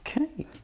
Okay